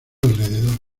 alrededor